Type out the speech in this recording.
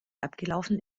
abgelaufen